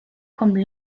comme